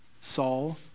Saul